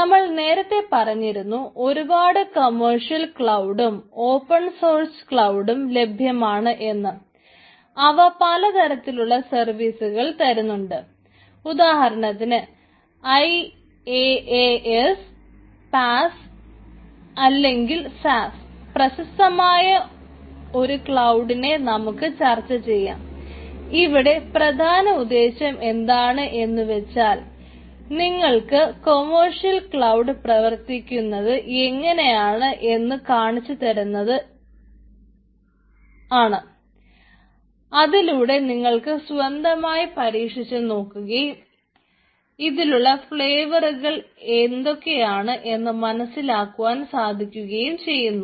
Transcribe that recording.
നമ്മൾ നേരത്തെ പറഞ്ഞിരുന്നു ഒരുപാട് കോമേഴ്സിയൽ ക്ലാഡും എന്തൊക്കെയാണ് എന്ന് മനസ്സിലാക്കുവാനും സാധിക്കുന്നു